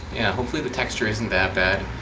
hopefully the texture isn't that bad.